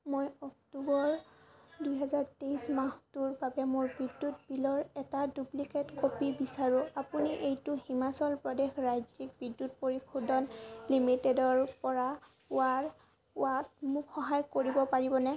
মই অক্টোবৰ দুহেজাৰ তেইছ মাহটোৰ বাবে মোৰ বিদ্যুৎ বিলৰ এটা ডুপ্লিকেট কপি বিচাৰোঁ আপুনি এইটো হিমাচল প্ৰদেশ ৰাজ্যিক বিদ্যুৎ পৰিষোদন লিমিটেডৰপৰা পোৱাক পোৱাত মোক সহায় কৰিব পাৰিবনে